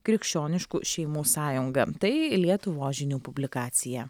krikščioniškų šeimų sąjunga tai lietuvos žinių publikacija